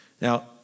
Now